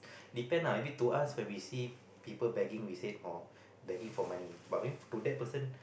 depend lah I mean to us when we see people begging we say hor begging for money but maybe to that person